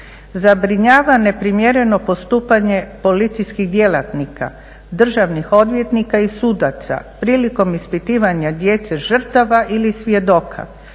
Zabrinjava neprimjereno postupanje policijskih djelatnika, državnih odvjetnika i sudaca prilikom ispitivanja djece žrtava ili svjedoka,